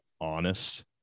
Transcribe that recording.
honest